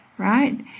right